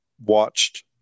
watched